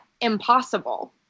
impossible